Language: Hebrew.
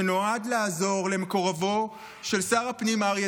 שנועד לעזור למקורבו של שר הפנים אריה